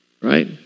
Right